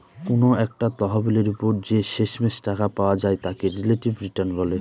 কোনো একটা তহবিলের ওপর যে শেষমেষ টাকা পাওয়া যায় তাকে রিলেটিভ রিটার্ন বলে